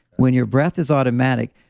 when your breath is automatic,